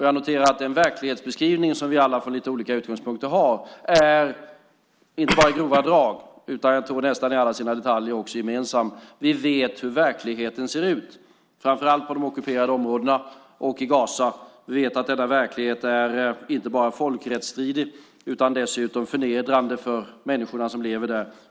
Jag noterar att den verklighetsbeskrivning som vi alla från lite olika utgångspunkter har inte bara i grova drag utan, tror jag, i nästan alla sina detaljer är gemensam. Vi vet hur verkligheten ser ut, framför allt i de ockuperade områdena och i Gaza. Vi vet att denna verklighet är inte bara folkrättsvidrig utan också förnedrande för de människor som lever där.